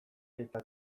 eta